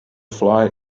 fly